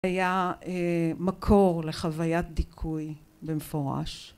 היה מקור לחוויית דיכוי במפורש.